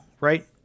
right